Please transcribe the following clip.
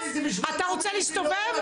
אתה רוצה להסתובב,